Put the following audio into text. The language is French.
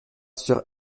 sur